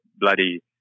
bloody